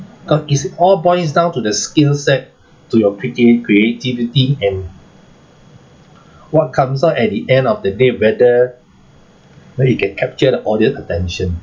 cause it's all boils down to the skill set to your crea~ creativity and what comes out at the end of the day whether whether you can capture the audience attention